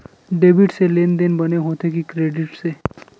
Debit से लेनदेन बने होथे कि क्रेडिट से?